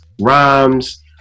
rhymes